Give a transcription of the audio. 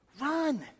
run